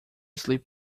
sleep